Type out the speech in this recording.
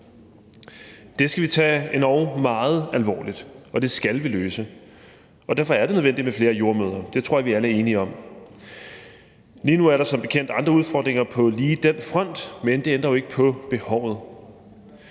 Det skal vi tage endog meget alvorligt, og det skal vi løse. Derfor er det nødvendigt med flere jordemødre. Det tror jeg vi alle er enige om. Lige nu er der som bekendt andre udfordringer på lige den front, men det ændrer jo ikke på behovet.